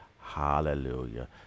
Hallelujah